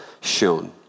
shown